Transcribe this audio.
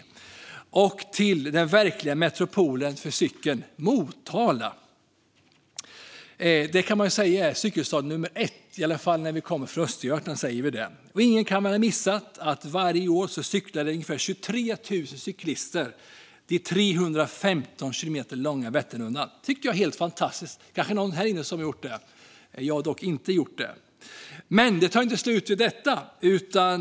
När det gäller cykel är Motala den verkliga metropolen. Man kan säga att det är cykelstaden nummer ett. Vi som kommer från Östergötland säger i alla fall det. Ingen kan väl ha missat att det varje år är ungefär 23 000 cyklister som cyklar den 315 kilometer långa Vätternrundan. Det tycker jag är helt fantastiskt. Det kanske är någon här inne som har gjort det - jag har dock inte gjort det. Men det tar inte slut med detta.